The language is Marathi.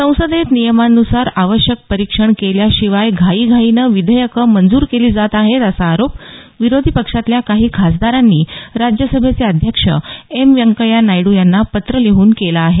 संसदेत नियमानुसार आवश्यक परिक्षण केल्याशिवाय घाईघाईनं विधेयकं मंजूर केली जात आहेत असा आरोप विरोधी पक्षातल्या काही खासदारांनी राज्यसभेचे अध्यक्ष एम व्यंकय्या नायडू यांना पत्र लिहून केला आहे